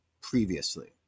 previously